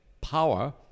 power